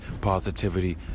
positivity